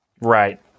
right